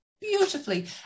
beautifully